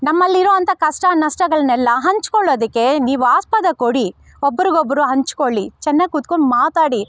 ನಮ್ಮಲ್ಲಿರೋ ಅಂಥ ಕಷ್ಟ ನಷ್ಟಗಳನ್ನೆಲ್ಲ ಹಂಚ್ಕೊಳ್ಳೋದಕ್ಕೆ ನೀವು ಆಸ್ಪದ ಕೊಡಿ ಒಬ್ರಿಗೊಬ್ಬರು ಹಂಚಿಕೊಳ್ಳಿ ಚೆನ್ನಾಗಿ ಕೂತ್ಕೊಂಡು ಮಾತಾಡಿ